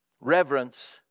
Reverence